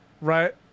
Right